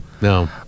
no